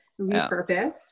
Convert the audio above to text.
Repurposed